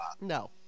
no